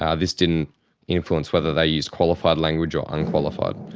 ah this didn't influence whether they used qualified language or unqualified.